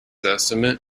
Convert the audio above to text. estimate